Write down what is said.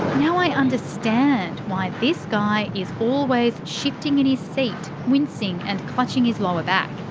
now i understand why this guy is always shifting in his seat, wincing and clutching his lower back.